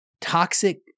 toxic